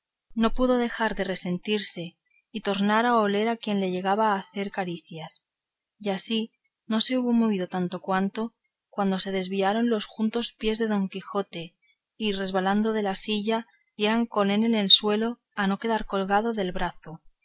no pudo dejar de resentirse y tornar a oler a quien le llegaba a hacer caricias y así no se hubo movido tanto cuanto cuando se desviaron los juntos pies de don quijote y resbalando de la silla dieran con él en el suelo a no quedar colgado del brazo